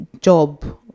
job